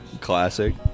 Classic